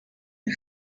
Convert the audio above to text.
اون